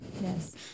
Yes